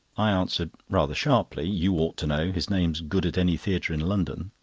i answered, rather sharply you ought to know, his name's good at any theatre in london.